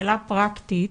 שאלה פרקטית,